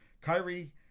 Kyrie